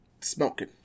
smoking